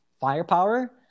firepower